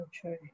true